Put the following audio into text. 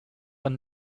and